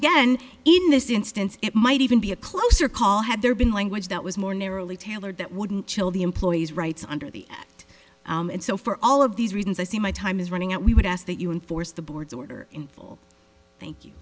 again even this instance it might even be a closer call had there been language that was more narrowly tailored that wouldn't chill the employee's rights under the and so for all of these reasons i see my time is running out we would ask that you enforce the board's order in full thank you